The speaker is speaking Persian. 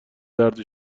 درد